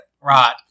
Right